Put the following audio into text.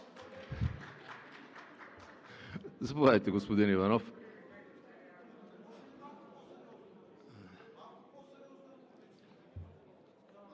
Заповядайте, господин Иванов.